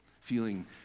feeling